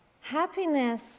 Happiness